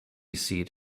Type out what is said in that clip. seat